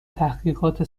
تحقیقات